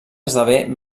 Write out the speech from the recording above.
esdevé